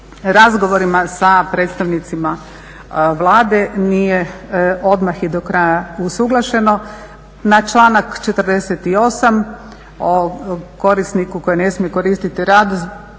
razgovorima sa predstavnicima vlade nije odmah i do kraja usuglašeno. Na članak 48. o korisniku koji ne smije koristiti rad